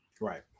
right